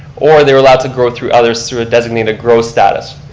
or they were allowed to grow through others through a designated grow status.